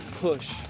push